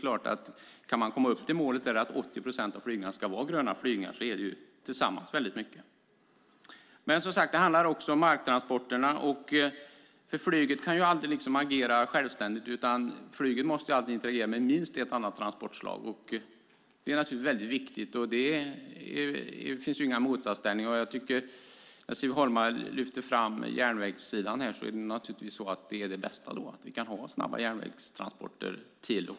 Om man kan nå målet att 80 procent av flygningarna ska vara gröna flygningar blir det ju mycket sammanlagt. Det handlar också om marktransporterna. Flyget kan ju aldrig agera självständigt utan måste interagera med minst ett annat transportslag. Det finns inga motsättningar där. Siv Holma lyfte fram järnvägen. Det bästa är naturligtvis snabba järnvägstransporter.